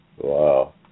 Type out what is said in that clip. wow